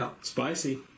Spicy